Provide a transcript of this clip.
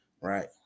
right